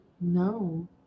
No